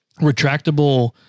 retractable